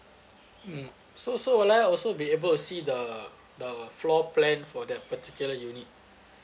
mm so so will I also be able to see the the floor plan for that particular unit